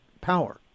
power